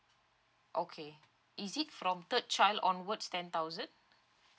okay is it from third child onwards ten thousand